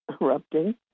erupting